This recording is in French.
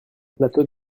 plateau